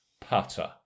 putter